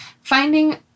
finding